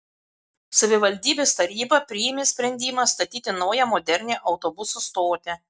savivaldybės taryba priėmė sprendimą statyti naują modernią autobusų stotį